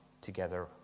together